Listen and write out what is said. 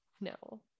No